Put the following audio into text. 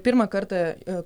pirmą kartą